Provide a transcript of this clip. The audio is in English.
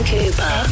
Cooper